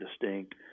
distinct